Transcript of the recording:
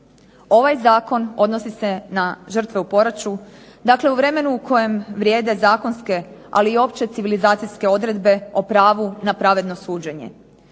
Ovaj zakon odnosi se na žrtve u poraću, dakle u vremenu kojem vrijede zakonske ali i opće civilizacijske odredbe o pravu na pravedno suđenje.